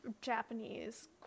Japanese